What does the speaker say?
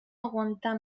aguantar